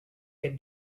fet